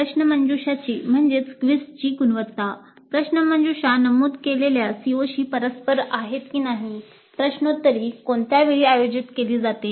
प्रश्नमंजुषाची गुणवत्ता प्रश्नमंजुषा नमूद केलेल्या COशी परस्पर आहेत की नाही प्रश्नोत्तरी कोणत्या वेळी आयोजित केली जाते